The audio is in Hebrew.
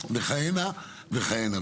וכהנה וכהנה.